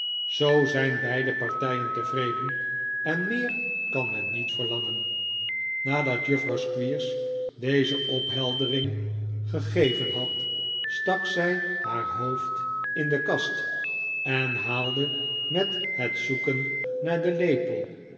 zoo zijn beide partijen tevreden en meer kan men niet verlangen nadat juffrouw squeers deze opheldering gegeven had stak zij haar hoofd in de kast en haalde met het zoeken naar den lepel